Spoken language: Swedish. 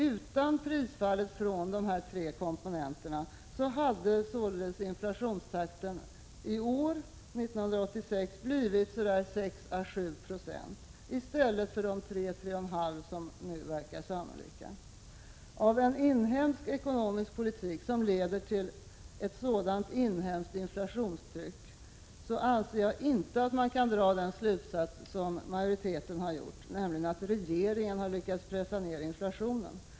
Utan prisfallen på dessa tre områden hade således inflationstakten under året 1986 blivit 6—7 976 i stället för de 3—3,5 26 som nu verkar sannolika. Av en inhemsk ekonomisk politik som leder till ett sådant inhemskt inflationstryck anser jag inte att man kan dra slutsatsen att regeringen har lyckats pressa ned inflationen.